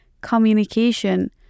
communication